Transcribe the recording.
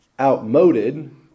outmoded